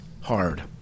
hard